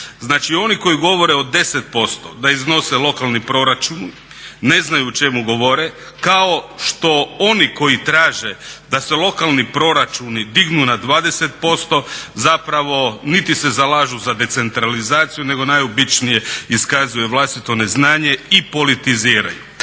Znači oni koji govore o 10% da iznose lokalni proračun ne znaju o čemu govore kao što oni koji traže da se lokalni proračuni dignu na 20% zapravo niti se zalažu za decentralizaciju nego najobičnije iskazuje vlastito neznanje i politiziraju.